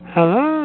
Hello